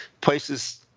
places